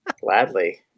gladly